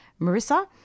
Marissa